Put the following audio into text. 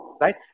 right